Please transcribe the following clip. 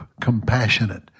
compassionate